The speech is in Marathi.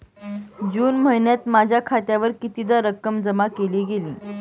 जून महिन्यात माझ्या खात्यावर कितीदा रक्कम जमा केली गेली?